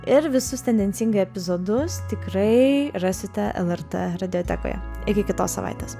ir visus tendencingai epizodus tikrai rasite lrt radiotekoje iki kitos savaitės